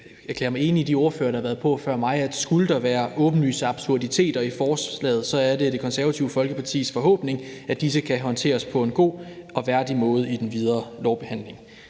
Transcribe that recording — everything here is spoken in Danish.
erklære mig enig med de ordførerer, der har været på før mig, i forhold til at skulle der være åbenlyse absurditeter i forslaget, er det Det Konservative Folkepartis forhåbning, at disse kan håndteres på en god og værdig måde i den videre behandling.